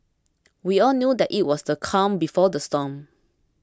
we all knew that it was the calm before the storm